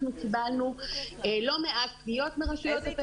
אנחנו קיבלנו לא מעט פניות מרשויות בפריפריה.